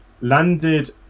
Landed